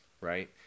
right